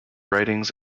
writings